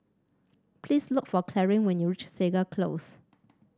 please look for Clarine when you reach Segar Close